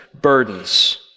burdens